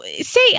say